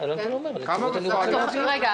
אם הפנייה הזאת לא תאושר, החשב הכללי לא יאשר.